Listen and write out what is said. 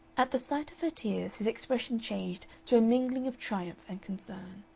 at the sight of her tears his expression changed to a mingling of triumph and concern.